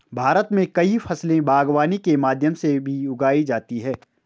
भारत मे कई फसले बागवानी के माध्यम से भी उगाई जाती है